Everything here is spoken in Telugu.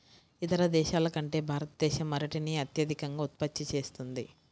ఇతర దేశాల కంటే భారతదేశం అరటిని అత్యధికంగా ఉత్పత్తి చేస్తుంది